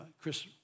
Chris